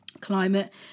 climate